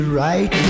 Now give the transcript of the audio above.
right